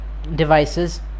devices